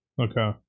okay